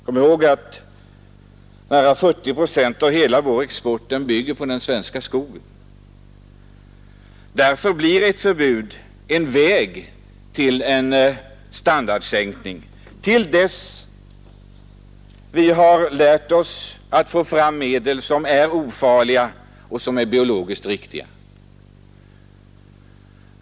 Kom ihåg att nära 40 procent av hela vår export bygger på den svenska skogen. Därför blir ett förbud en väg till standardsänkning, till dess vi har lärt oss att få fram medel som är ofarliga och som är biologiskt riktiga.